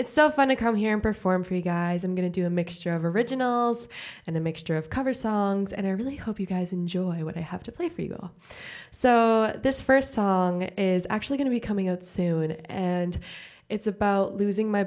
it's so fun to come here and perform for you guys i'm going to do a mixture of originals and a mixture of cover songs and i really hope you guys enjoy what i have to play for you so this st song is actually going to be coming out soon and it's about losing my